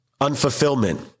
unfulfillment